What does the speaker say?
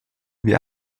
wir